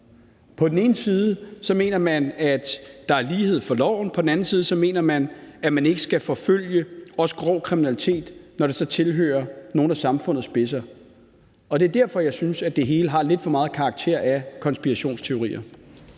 På den ene side mener man, at der er lighed for loven, og på den anden side mener man, at man ikke skal forfølge også grov kriminalitet, når det vedrører nogle af samfundets spidser. Og det er derfor, jeg synes, at det hele har lidt for meget karakter af konspirationsteorier.